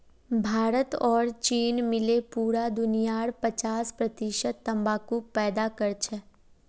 भारत और चीन मिले पूरा दुनियार पचास प्रतिशत तंबाकू पैदा करछेक